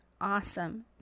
awesome